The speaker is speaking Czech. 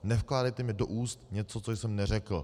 Nevkládejte mi do úst něco, co jsem neřekl.